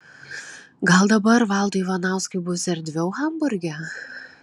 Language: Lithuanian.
gal dabar valdui ivanauskui bus erdviau hamburge